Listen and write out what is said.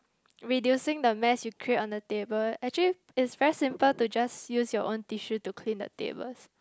reducing the mess you create on the table actually it's very simple to just use your own tissue to clean the tables